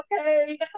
okay